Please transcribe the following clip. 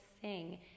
sing